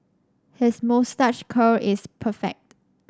his moustache curl is perfect